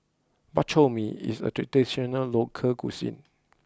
Bak Chor Mee is a traditional local cuisine